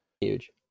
Huge